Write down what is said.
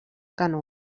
canó